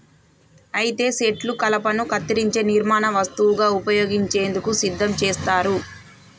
అయితే సెట్లు కలపను కత్తిరించే నిర్మాణ వస్తువుగా ఉపయోగించేందుకు సిద్ధం చేస్తారు